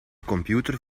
computer